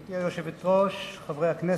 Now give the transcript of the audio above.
גברתי היושבת-ראש, חברי הכנסת,